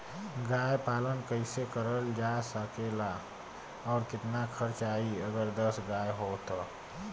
गाय पालन कइसे करल जा सकेला और कितना खर्च आई अगर दस गाय हो त?